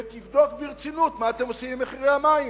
ותבדוק ברצינות מה אתם עושים עם מחירי המים.